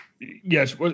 Yes